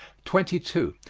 twenty two.